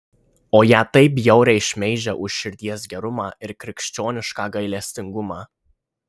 o ją taip bjauriai šmeižia už širdies gerumą ir krikščionišką gailestingumą